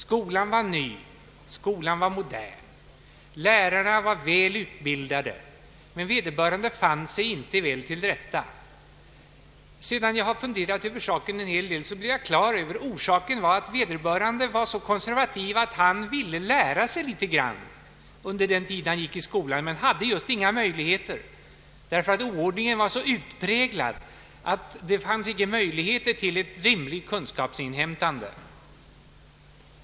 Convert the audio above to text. Skolan var ny och modern. Lärarna var väl utbildade. Men vederbörande fann sig inte väl till rätta. Sedan jag funderat en hel del över saken blev jag på det klara med att orsaken var att vederbörande var så konservativ att han ville lära sig något under den tid han gick i skolan. Men han hade just inga möjligheter, därför att oordningen var så utpräglad att det inte fanns möjligheter till ett rimligt kunskapsinhämtande.